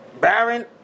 Baron